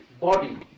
body